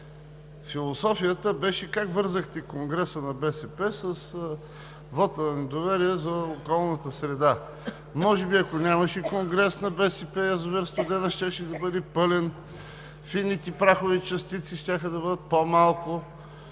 философията беше как вързахте конгреса на БСП с вота на недоверие за околната среда. Може би, ако нямаше конгрес на БСП, язовир „Студена“ щеше да бъде пълен, фините прахови частици щяха да бъдат по-малко